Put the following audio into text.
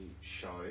show